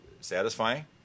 satisfying